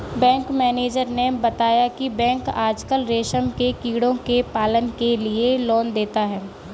bank manager ने बताया की बैंक आजकल रेशम के कीड़ों के पालन के लिए लोन देता है